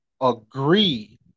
agree